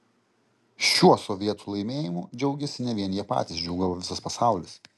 šiuo sovietų laimėjimu džiaugėsi ne vien jie patys džiūgavo visas pasaulis